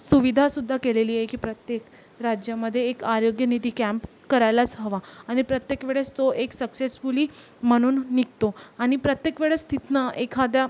सुविधासुद्धा केलेली आहे की प्रत्येक राज्यामध्ये एक आरोग्यनिधी कँम्प करायलाच हवा आणि प्रत्येक वेळेस तो एक सक्सेसफुली म्हणून निघतो आणि प्रत्येक वेळेस तिथून एखाद्या